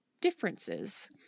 differences